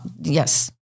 yes